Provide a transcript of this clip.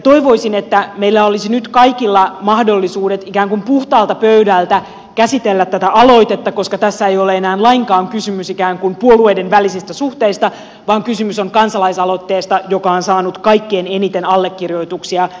toivoisin että meillä olisi nyt kaikilla mahdollisuudet ikään kuin puhtaalta pöydältä käsitellä tätä aloitetta koska tässä ei ole enää lainkaan kysymys ikään kuin puolueiden välisistä suhteista vaan kysymys on kansalaisaloitteesta joka on saanut kaikista kansalaisaloitteista kaikkein eniten allekirjoituksia